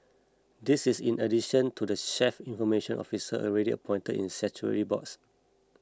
this is in addition to the chief information officers already appointed in statutory boards